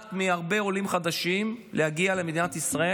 מונעת מהרבה עולים חדשים להגיע למדינת ישראל.